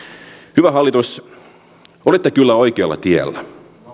hyvä hallitus olette kyllä oikealla tiellä